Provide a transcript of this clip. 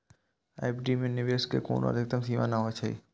FD मे निवेश के कोनो अधिकतम सीमा नै होइ छै